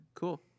Cool